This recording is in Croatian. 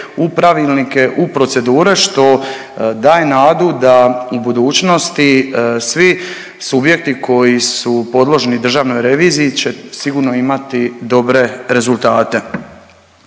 u pravilnike, u procedure, što daje nadu da u budućnosti svi subjekti koji su podložni državnoj reviziji će sigurno imati dobre rezultate.